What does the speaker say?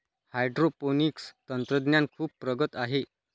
hydroponics तंत्रज्ञान खूप प्रगत आहे